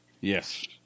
Yes